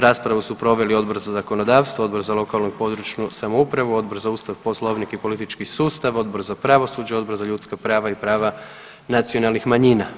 Raspravu su proveli Odbor za zakonodavstvo, Odbor za lokalnu i području samoupravu, Odbor za Ustav, Poslovnik i politički sustav, Odbor za pravosuđe, Odbor za ljudska prava i prava nacionalnih manjina.